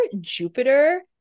Jupiter